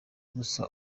gusa